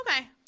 Okay